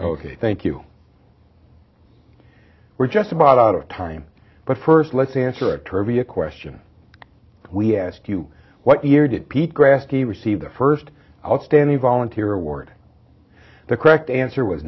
ok thank you we're just about out of time but first let's answer a trivia question we asked you what year did pete grassley receive the first outstanding volunteer award the correct answer was